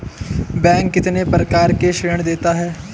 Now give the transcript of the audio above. Bank कितने प्रकार के ऋण देता है?